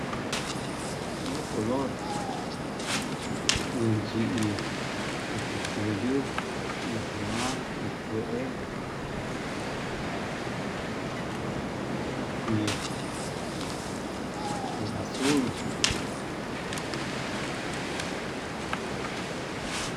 Ndio color inchí, nduu kuyu, uu kuan hi kue, hi kuii, azul.